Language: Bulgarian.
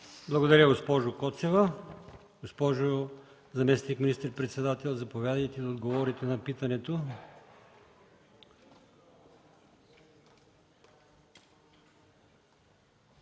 Благодаря, госпожо Коцева. Госпожо заместник министър-председател, заповядайте да отговорите на питането.